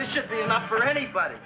this should be enough for anybody